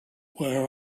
where